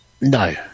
No